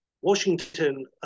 Washington